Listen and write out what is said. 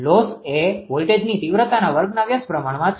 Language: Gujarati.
લોસ એ વોલ્ટેજની તીવ્રતાના વર્ગના વ્યસ્ત પ્રમાણમાં છે